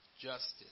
justice